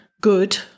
good